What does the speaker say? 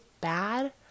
bad